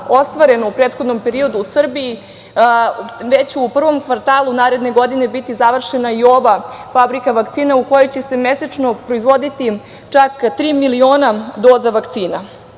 ostvareno u prethodnom periodu u Srbiji, već u prvom kvartalu naredne godine biti završena i ova fabrika vakcina u kojoj će se mesečno proizvoditi čak tri miliona doza vakcina. Iako